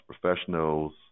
Professionals